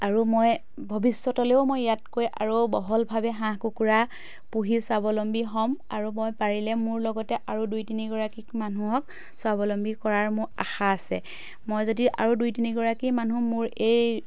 আৰু মই ভৱিষ্যতলেও মই ইয়াতকৈ আৰু বহলভাৱে হাঁহ কুকুৰা পুহি স্বাৱলম্বী হ'ম আৰু মই পাৰিলে মোৰ লগতে আৰু দুই তিনিগৰাকীক মানুহক স্বাৱলম্বী কৰাৰ মোৰ আশা আছে মই যদি আৰু দুই তিনিগৰাকী মানুহ মোৰ এই